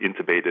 intubated